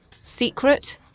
Secret